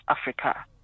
Africa